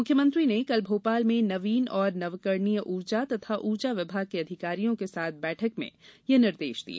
मुख्यमंत्री ने कल भोपाल में नवीन एवं नवकरणीय ऊर्जा तथा ऊर्जा विभाग के अधिकारियों के साथ बैठक में यह निर्देश दिए